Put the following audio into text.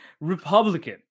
Republican